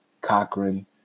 Cochrane